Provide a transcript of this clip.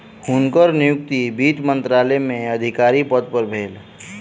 हुनकर नियुक्ति वित्त मंत्रालय में अधिकारी पद पर भेल